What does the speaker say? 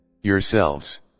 yourselves